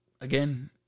Again